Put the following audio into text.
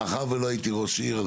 מאחר שלא הייתי ראש עיר,